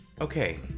Okay